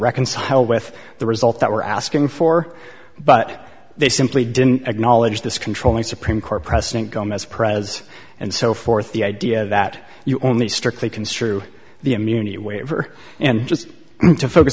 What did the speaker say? reconcile with the result that we're asking for but they simply didn't acknowledge this controlling supreme court precedent gomez pres and so forth the idea that you only strictly construe the immunity waiver and just to focus